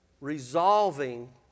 resolving